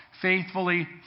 faithfully